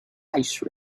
ice